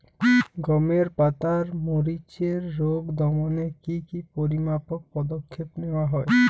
গমের পাতার মরিচের রোগ দমনে কি কি পরিমাপক পদক্ষেপ নেওয়া হয়?